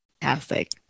Fantastic